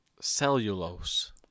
Cellulose